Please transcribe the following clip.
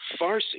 Farsi